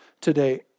today